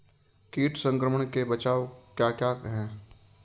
कीट संक्रमण के बचाव क्या क्या हैं?